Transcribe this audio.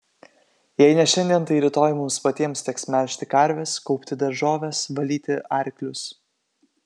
jei ne šiandien tai rytoj mums patiems teks melžti karves kaupti daržoves valyti arklius